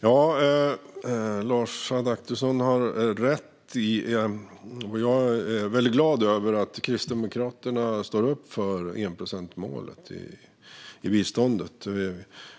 Fru talman! Lars Adaktusson har rätt i att vi har samsyn om enprocentsmålet i biståndet, och jag är glad över att Kristdemokraterna står upp för det. Vi